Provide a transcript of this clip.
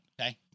Okay